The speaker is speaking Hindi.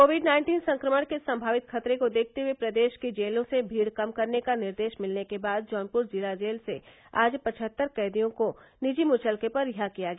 कोविड नाइन्टीन संक्रमण के संभावित खतरे को देखते हुए प्रदेश की जेलों से भीड़ कम करने का निर्देश मिलने के बाद जौनपुर जिला जेल से आज पचहत्तर कैदियों को निजी मुचलके पर रिहा किया गया